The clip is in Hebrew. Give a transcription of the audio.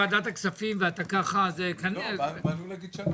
אז היית בא לוועדה ורואה,